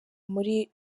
muri